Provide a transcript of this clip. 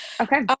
Okay